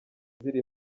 ziri